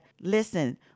listen